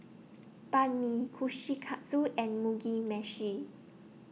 Banh MI Kushikatsu and Mugi Meshi